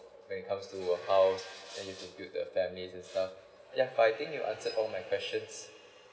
when it comes to house and you need to build a family and stuff but yeah I think you answered all my questions